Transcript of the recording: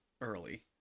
early